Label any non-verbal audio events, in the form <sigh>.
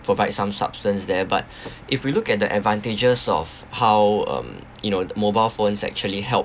provide some substance there but <breath> if we look at the advantages of how um you know mobile phones actually help